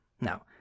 Now